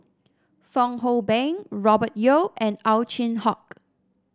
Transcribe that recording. Fong Hoe Beng Robert Yeo and Ow Chin Hock